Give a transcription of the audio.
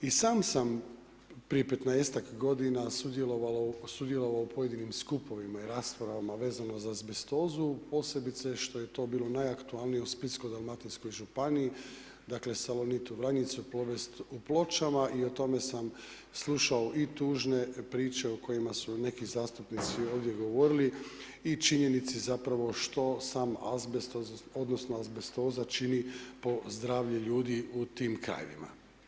I sam sam prije 15-tak godina sudjelovao u pojedinim skupovima i raspravama vezano za azbestozu, posebice što je to bilo najaktualnije u Splitsko-dalmatinskoj županiji, dakle, Salonit u Vranjicu, Plovest u Pločama i o tome sam slušao i tužne priče o kojima su neki zastupnici ovdje govorili i činjenici zapravo što sam azbest, odnosno azbestoza čini po zdravlje ljudi u tim krajevima.